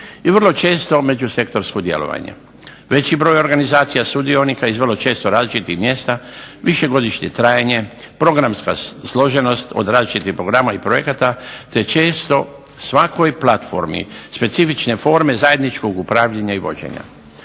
i vrlo često međusektorsko djelovanje. Veći broj organizacija, sudionika iz vrlo često različitih mjesta, višegodišnje trajanje, programska složenost od različitih programa i projekata te često svakoj platformi specifične forme zajedničkog upravljanja i vođenja.